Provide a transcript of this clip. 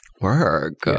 Work